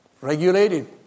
regulated